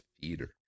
theater